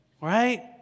Right